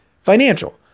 Financial